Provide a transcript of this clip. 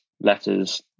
letters